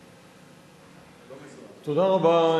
אדוני היושב-ראש, תודה רבה,